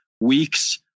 weeks